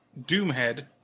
Doomhead